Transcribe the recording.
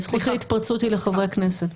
זכות ההתפרצות היא לחברי הכנסת.